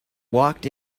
walked